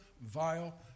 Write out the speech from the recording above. vile